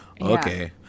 okay